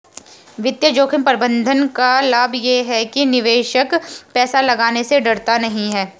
वित्तीय जोखिम प्रबंधन का लाभ ये है कि निवेशक पैसा लगाने में डरता नहीं है